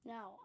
Now